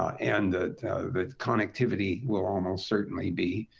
and that the connectivity will almost certainly be